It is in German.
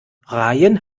rayen